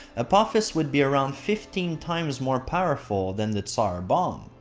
apophis would be around fifteen times more powerful than the tsar bomb.